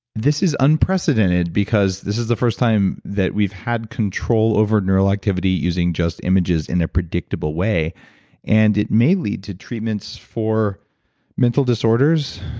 this is unprecedented because this is the first time that we've had control over neural activity using just images in a predictable way and it may lead to treatments for mental disorders,